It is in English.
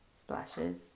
splashes